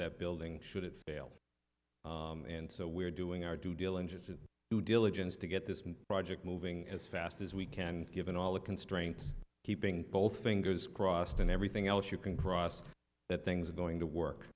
that building should it fail and so we're doing our due diligence in due diligence to get this project moving as fast as we can given all the constraints keeping both fingers crossed and everything else you can cross that things are going to work